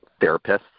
therapists